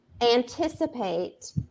anticipate